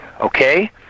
okay